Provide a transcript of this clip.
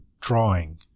drawing